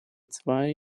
zwei